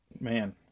man